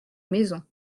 maison